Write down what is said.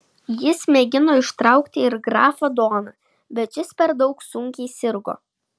jis mėgino ištraukti ir grafą doną bet šis per daug sunkiai sirgo